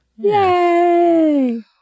yay